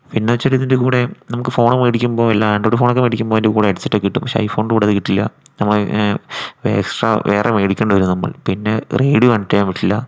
പിന്നെ വച്ചാൽ ഇതിൻ്റെ കൂടെ നമുക്ക് ഫോൺ മേടിക്കുമ്പോൾ വലിയ ആൻഡ്രോയിഡ് ഫോണൊക്കെ മേടിക്കുമ്പോൾ അതിൻ്റെ കൂടെ ഹെഡ്സെറ്റൊക്കെ കിട്ടും പക്ഷേ ഐഫോണിൻ്റെ കൂടെ അത് കിട്ടില്ല നമ്മൾ എക്സ്ട്ര വേറെ മേടിക്കേണ്ടി വരും നമ്മൾ പിന്നെ റേഡിയോ കണക്ട് ചെയ്യാൻ പറ്റില്ല